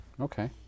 Okay